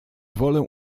wolę